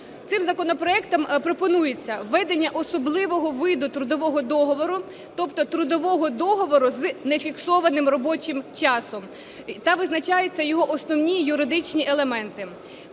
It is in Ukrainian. Цим законопроектом пропонується введення особливого виду трудового договору, тобто трудового договору з нефіксованим робочим часом, та визначаються його основні юридичні елементи.